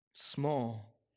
Small